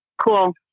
Cool